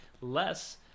less